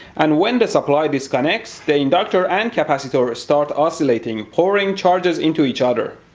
and when the supply disconnects, the inductor and capacitor ah start oscillating, pouring charges into each other.